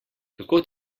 kako